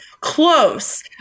close